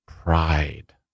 pride